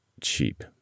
cheap